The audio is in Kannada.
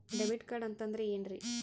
ಡೆಬಿಟ್ ಕಾರ್ಡ್ ಅಂತಂದ್ರೆ ಏನ್ರೀ?